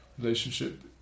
relationship